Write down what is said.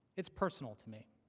is personal to me.